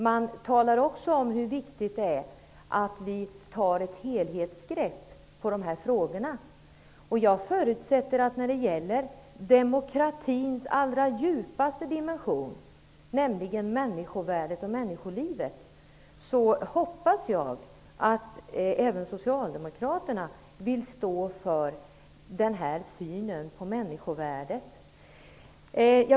Man talar också om hur viktigt det är att vi tar ett helhetsgrepp på dessa frågor. När det gäller demokratins allra djupaste dimension, nämligen människovärdet och människolivet, hoppas jag att även Socialdemokraterna vill stå för denna syn på människovärdet.